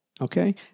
okay